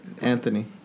Anthony